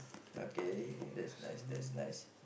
okay that's nice that's nice